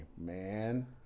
man